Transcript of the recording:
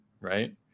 right